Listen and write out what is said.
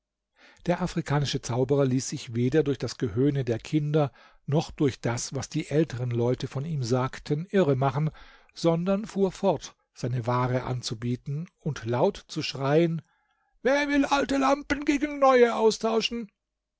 der afrikanische zauberer ließ sich weder durch das gehöhne der kinder noch durch das was die älteren leute von ihm sagten irre machen sondern fuhr fort seine ware anzubieten und laut zu schreien wer will alte lampen gegen neue austauschen